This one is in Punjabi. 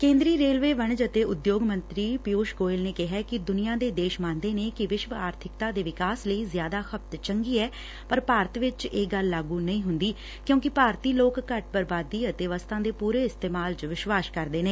ਕੇਂਦਰੀ ਰੇਲਵੇ ਵਣਜ ਅਤੇ ਉਦਯੋਗ ਮੰਤਰੀ ਪਿਉਸ਼ ਗੋਇਲ ਨੇ ਕਿਹੈ ਕਿ ਦੁਨੀਆਂ ਦੇ ਦੇਸ਼ ਮੰਨਦੇ ਨੇ ਕਿ ਵਿਸ਼ਵ ਆਰਬਿਕਤਾ ਦੇ ਵਿਕਾਸ ਲਈ ਜ਼ਿਆਦਾ ਖੱਪਤ ਚੰਗੀ ਐ ਪਰ ਭਾਰਤ ਵਿਚ ਇਹ ਗੱਲ ਲਾਗੁ ਨਹੀਂ ਹੂੰਦੀ ਕਿਊਂਕਿ ਭਾਰਤੀ ਲੋਕ ਘੱਟ ਬਰਬਾਦੀ ਅਤੇ ਵਸਤਾਂ ਦੇ ਪੁਰੇ ਇਸਤੇਮਾਲ ਚ ਵਿਸ਼ਵਾਸ ਕਰਦੇ ਨੇ